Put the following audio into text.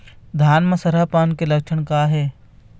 धान म सरहा पान के लक्षण का हे?